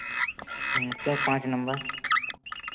ᱤᱱᱠᱟᱹ ᱯᱟᱸᱪ ᱱᱟᱢᱵᱟᱨ